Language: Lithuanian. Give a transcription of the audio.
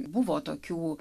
buvo tokių